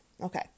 Okay